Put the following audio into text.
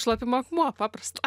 šlapimo akmuo paprasta